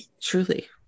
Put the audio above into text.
truly